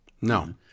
No